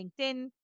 LinkedIn